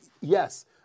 yes